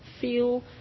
feel